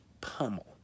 pummel